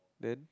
then